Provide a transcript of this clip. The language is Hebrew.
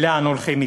לאן הולכים מכאן,